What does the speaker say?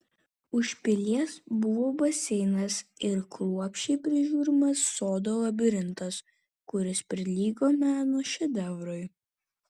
už pilies buvo baseinas ir kruopščiai prižiūrimas sodo labirintas kuris prilygo meno šedevrui